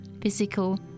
physical